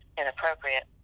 inappropriate